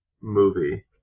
movie